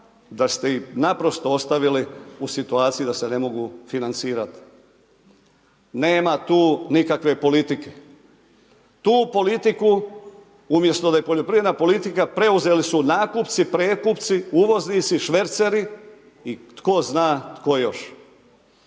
da ste ih naprosto ostavili u situaciji da se ne mogu financirati. Nema tu nikakve politike, tu politiku umjesto da je poljoprivredna politika, preuzeli su nakupci, prekupci, uvoznici, šverceli i tko zna tko još.